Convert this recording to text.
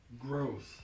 growth